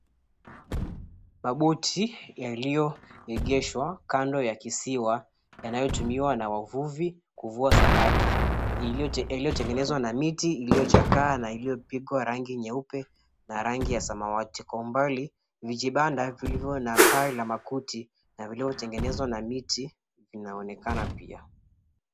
Maboti yaliyoegeshwa kando ya kisiwa yanayotumiwa na wavuvi kuvua samaki, iliyotengenezwa na miti iliyochakaa na iliyopikwa rangi nyeupe na rangi ya samawati. Kwa umbali mijibanda vilivyo na paa la makuti na vilivyotengenezwa miti inaonekana pia